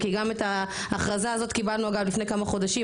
כי גם את ההכרזה הזאת קיבלנו אגב לפני כמה חודשים,